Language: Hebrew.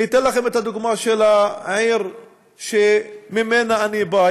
אני אתן לכם את הדוגמה של העיר שממנה אני בא,